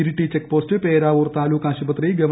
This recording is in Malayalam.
ഇരിട്ടി ചെക്ക് പോസ്റ്റ് പേരാവൂർ താലൂക്കാശുപത്രി ഗവ